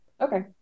Okay